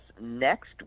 Next